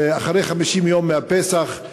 אחרי 50 יום מפסח,